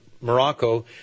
Morocco